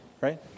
right